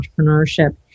entrepreneurship